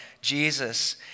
Jesus